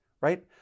right